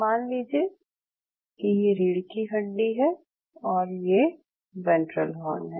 मान लीजिये कि ये रीढ़ की हड्डी है और ये वेंट्रल हॉर्न है